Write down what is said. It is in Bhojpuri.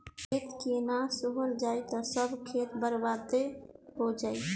खेत के ना सोहल जाई त सब खेत बर्बादे हो जाई